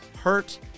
hurt